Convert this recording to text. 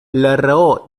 raó